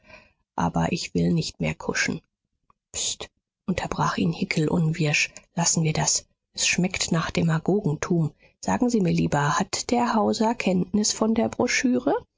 aber ich will nicht mehr kuschen pst unterbrach ihn hickel unwirsch lassen wir das es schmeckt nach demagogentum sagen sie mir lieber hat der hauser kenntnis von der broschüre